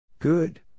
Good